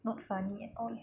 not funny at all